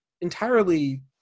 entirely